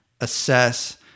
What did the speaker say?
assess